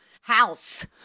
house